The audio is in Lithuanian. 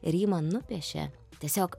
ir ji man nupiešė tiesiog